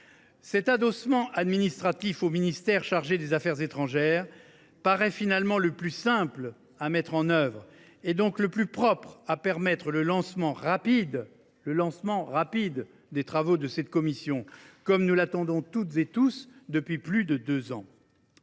Cet adossement administratif au ministère chargé des affaires étrangères paraît finalement le plus simple à mettre en œuvre, donc le plus propre à permettre le lancement rapide des travaux de cette commission, que nous attendons tous depuis plus de deux ans.